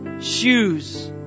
shoes